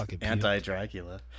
anti-Dracula